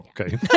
Okay